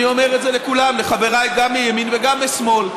אני אומר את זה לכולם, לחבריי גם מימין וגם משמאל: